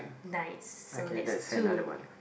nice so that's two